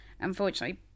unfortunately